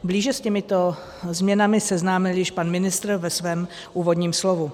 Blíže s těmito změnami seznámil již pan ministr ve svém úvodním slovu.